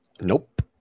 Nope